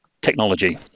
technology